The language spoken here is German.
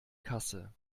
kasse